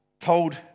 told